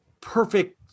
perfect